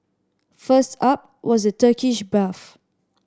first up was the Turkish bath